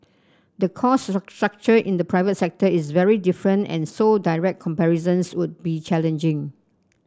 the cost structure in the private sector is very different and so direct comparisons would be challenging